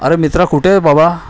अरे मित्रा कुठे आहे बाबा